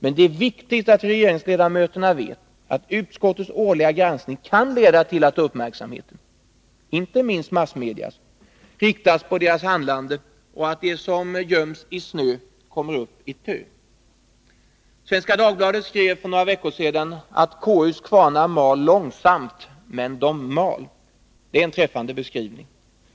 Men det är viktigt att regeringsledamöterna vet att utskottets årliga granskning kan leda till att uppmärksamheten — inte minst från massmedia — riktas på deras handlande och att det som göms i snö kommer upp i tö. Svenska Dagbladet skrev för några veckor sedan att KU:s kvarnar mal långsamt, men de mal. Det är en träffande beskrivning.